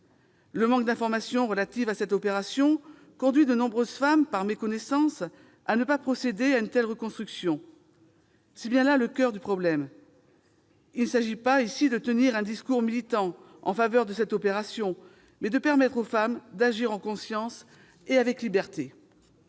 Le manque d'informations relatives à cette opération conduit de nombreuses femmes, par méconnaissance, à ne pas procéder à une telle reconstruction. C'est bien là le coeur du problème. Il s'agit ici non pas de tenir un discours militant en faveur de cette opération, mais de permettre aux femmes d'agir en conscience et avec liberté.